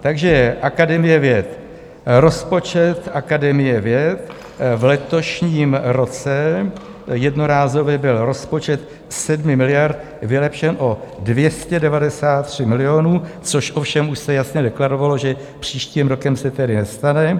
Takže Akademie věd, rozpočet Akademie věd, v letošním roce jednorázově byl rozpočet 7 miliard vylepšen o 293 milionů, což ovšem už se jasně deklarovalo, že příštím rokem se nestane.